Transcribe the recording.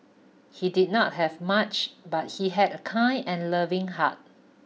he did not have much but he had a kind and loving heart